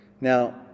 Now